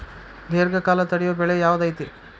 ದೇರ್ಘಕಾಲ ತಡಿಯೋ ಬೆಳೆ ಯಾವ್ದು ಐತಿ?